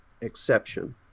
exception